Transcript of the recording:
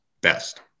best